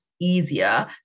easier